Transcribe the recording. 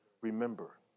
remember